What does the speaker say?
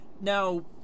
Now